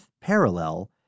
parallel